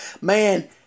Man